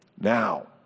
Now